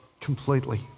completely